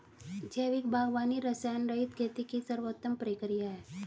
जैविक बागवानी रसायनरहित खेती की सर्वोत्तम प्रक्रिया है